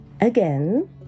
again